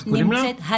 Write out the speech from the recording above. נמצאת שם כל הזמן.